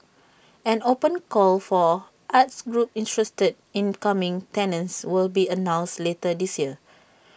an open call for arts groups interested in becoming tenants will be announced later this year